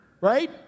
right